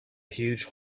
huge